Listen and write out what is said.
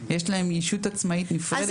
יש להם ישות עצמאית נפרדת